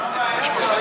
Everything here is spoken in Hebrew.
מה הבעיה?